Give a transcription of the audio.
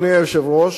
אדוני היושב-ראש,